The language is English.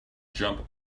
jump